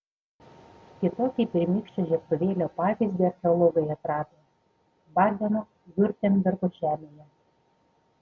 kitokį pirmykščio žiebtuvėlio pavyzdį archeologai atrado badeno viurtembergo žemėje